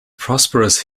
prosperous